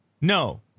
no